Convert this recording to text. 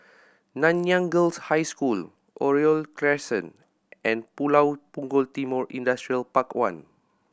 Nanyang Girls' High School Oriole Crescent and Pulau Punggol Timor Industrial Park One